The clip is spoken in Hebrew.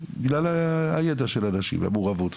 בגלל הידע של האנשים והמעורבות,